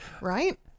right